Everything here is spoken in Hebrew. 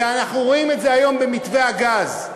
ואנחנו רואים את זה היום במתווה הגז,